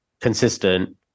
consistent